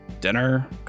dinner